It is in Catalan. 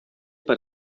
per